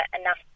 enough